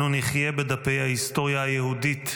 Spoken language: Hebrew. אנחנו נחיה בדפי ההיסטוריה היהודית!